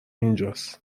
اینجاس